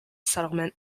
settlement